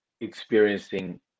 experiencing